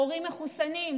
הורים מחוסנים,